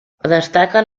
destaquen